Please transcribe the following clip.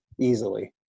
easily